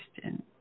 question